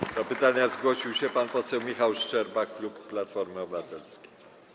Do zadania pytania zgłosił się pan poseł Michał Szczerba, klub Platformy Obywatelskiej.